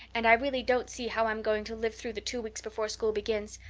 and i really don't see how i'm going to live through the two weeks before school begins.